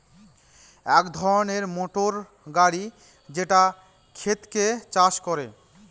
এক ধরনের মোটর গাড়ি যেটা ক্ষেতকে চাষ করে